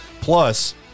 Plus